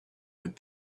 with